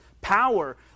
power